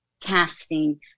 casting